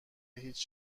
هیچ